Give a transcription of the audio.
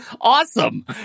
awesome